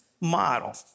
model